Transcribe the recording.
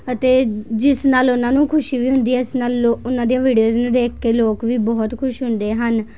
ਅਤੇ ਜਿਸ ਨਾਲ ਓਹਨਾਂ ਨੂੰ ਖੁਸ਼ੀ ਵੀ ਹੁੰਦੀ ਹੈ ਇਸ ਨਾਲ ਲੋ ਓਹਨਾਂ ਦੀਆਂ ਵੀਡਿਓਜ਼ ਵੀ ਦੇਖ ਕੇ ਲੋਕ ਵੀ ਬਹੁਤ ਖੁਸ਼ ਹੁੰਦੇ ਹਨ